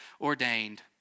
ordained